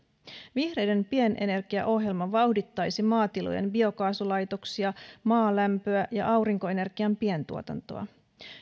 vihreiden pienenergiaohjelma vauhdittaisi maatilojen biokaasulaitoksia maalämpöä ja aurinkoenergian pientuotantoa